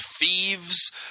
thieves